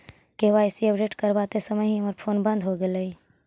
KYC update करवाते समय ही हमर फोन बंद हो गेलई